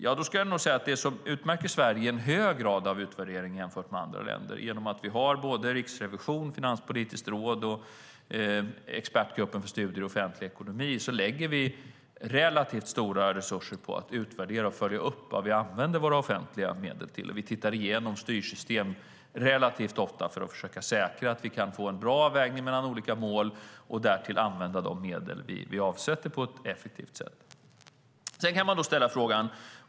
Jag skulle vilja säga att det som utmärker Sverige är en hög grad av utvärdering jämfört med andra länder. Genom att vi har Riksrevisionen, Finanspolitiska rådet och Expertgruppen för studier i offentlig ekonomi lägger vi relativt stora resurser på att utvärdera och följa upp vad vi använder våra offentliga medel till. Vi tittar igenom styrsystem relativt ofta för att försöka säkra att vi kan få en bra avvägning mellan olika mål och därtill använda de medel vi avsätter på ett effektivt sätt.